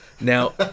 Now